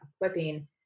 equipping